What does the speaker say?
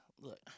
look